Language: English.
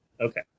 Okay